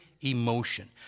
emotion